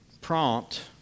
prompt